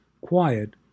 quiet